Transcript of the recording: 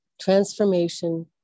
transformation